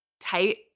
tight